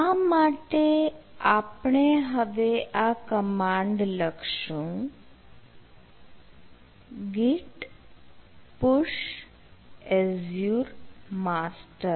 આ માટે આપણે હવે આ કમાન્ડ લખશું git push azure master